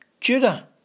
Judah